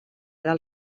del